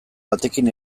batekin